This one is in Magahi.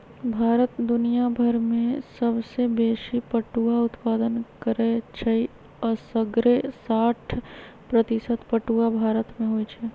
भारत दुनियाभर में सबसे बेशी पटुआ उत्पादन करै छइ असग्रे साठ प्रतिशत पटूआ भारत में होइ छइ